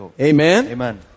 Amen